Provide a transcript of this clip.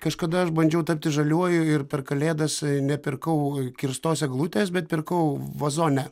kažkada aš bandžiau tapti žaliuoju ir per kalėdas nepirkau kirstos eglutės bet pirkau vazone